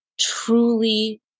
truly